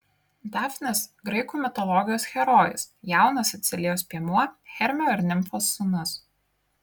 dafnis graikų mitologijos herojus jaunas sicilijos piemuo hermio ir nimfos sūnus